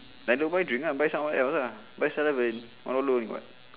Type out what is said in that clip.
then don't buy drink ah buy somewhere else ah buy seven eleven one dollar only [what]